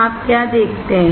आप क्या देखते हैं